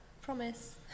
promise